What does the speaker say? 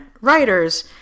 writers